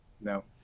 No